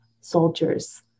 soldiers